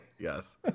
Yes